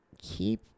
Keep